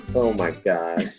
oh my god.